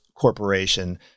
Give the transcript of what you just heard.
corporation